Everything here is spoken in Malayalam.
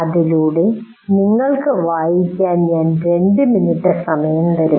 അതിലൂടെ നിങ്ങൾക്ക് വായിക്കാൻ ഞാൻ 2 മിനിറ്റ് സമയം തരും